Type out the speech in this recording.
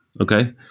Okay